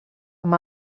amb